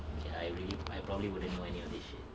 okay I really I probably wouldn't know any of this shit